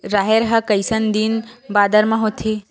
राहेर ह कइसन दिन बादर म होथे?